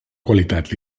qualitat